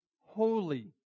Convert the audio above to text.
holy